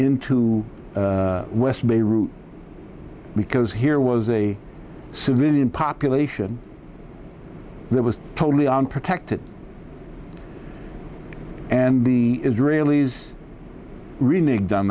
into west beirut because here was a civilian population that was totally unprotected and the israelis reneged on